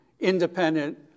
independent